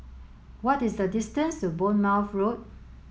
what is the distance to Bournemouth Road